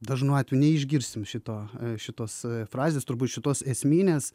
dažnu atveju neišgirsim šito šitos frazės turbūt šitos esminės